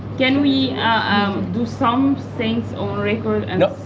can we do some things on record and